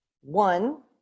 One